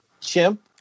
chimp